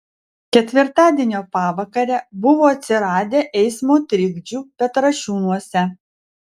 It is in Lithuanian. ketvirtadienio pavakarę buvo atsiradę eismo trikdžių petrašiūnuose